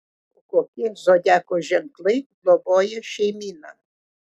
o kokie zodiako ženklai globoja šeimyną